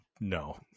no